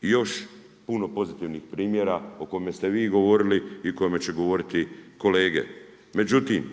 još puno pozitivnih primjera o kojima ste vi govorili i o kojima će govoriti kolege. Međutim